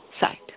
site